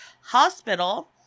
Hospital